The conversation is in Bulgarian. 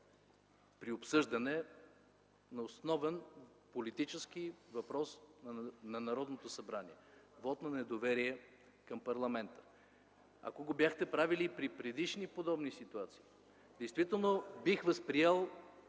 при обсъждане на основен политически въпрос на Народното събрание – вот на недоверие към правителството, ако го бяхте правили при предишни подобни ситуации, действително бих възприел